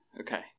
okay